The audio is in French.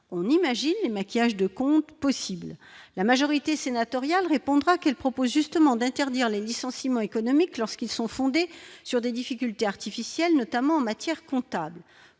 on imagine les maquillages de comptes possibles, la majorité sénatoriale répondra qu'propose justement d'interdire les licenciements économiques lorsqu'ils sont fondés sur des difficultés artificielle, notamment en matière comptable,